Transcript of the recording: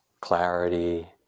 clarity